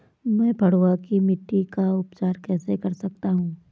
मैं पडुआ की मिट्टी का उपचार कैसे कर सकता हूँ?